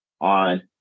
on